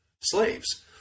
slaves